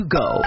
go